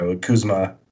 Kuzma